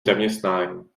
zaměstnání